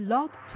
Love